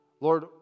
Lord